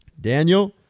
Daniel